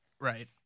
Right